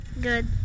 Good